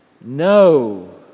No